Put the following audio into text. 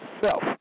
self